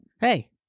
Hey